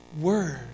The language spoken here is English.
word